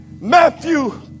Matthew